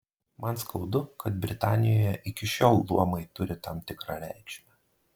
man skaudu kad britanijoje iki šiol luomai turi tam tikrą reikšmę